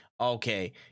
okay